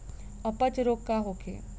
अपच रोग का होखे?